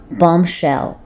bombshell